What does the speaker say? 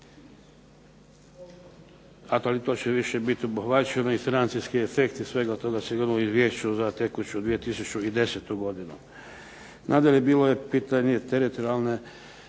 ali to će više biti obuhvaćeno i financijski efekt i svega toga sigurno u izvješću za tekuću 2010. godinu. Nadalje, bilo je pitanje teritorijalne